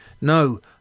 No